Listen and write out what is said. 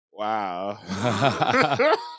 wow